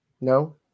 No